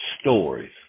stories